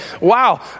wow